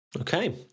Okay